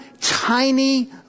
tiny